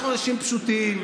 אנחנו אנשים פשוטים,